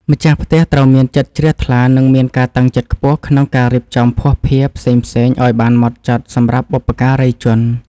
ម្ចាស់ផ្ទះត្រូវមានចិត្តជ្រះថ្លា និងមានការតាំងចិត្តខ្ពស់ក្នុងការរៀបចំភស្តុភារផ្សេងៗឱ្យបានហ្មត់ចត់សម្រាប់បុព្វការីជន។